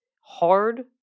hard